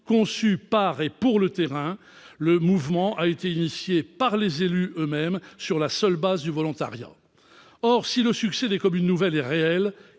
conçu par et pour le terrain »: le mouvement a été amorcé par les élus eux-mêmes, sur la seule base du volontariat. Or, si le succès des communes nouvelles est réel,